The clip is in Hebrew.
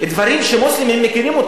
דברים שמוסלמים מכירים.